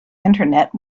internet